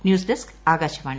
news desk Akashvani